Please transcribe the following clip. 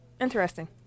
interesting